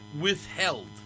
withheld